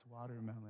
watermelon